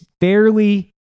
fairly